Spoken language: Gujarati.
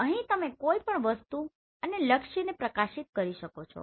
અહી તમે કોઈપણ વસ્તુ અને લક્ષ્યને પ્રકાશિત કરી શકો છો